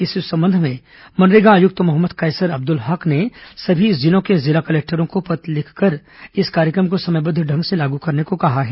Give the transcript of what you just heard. इस संबंध में मनरेगा आयुक्त मोहम्मद कैसर अब्दुल हक ने सभी जिलों के जिला कलेक्टरों को पत्र जारी कर इस कार्यक्रम को समयबद्व ढंग से लागू करने को कहा है